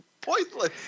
pointless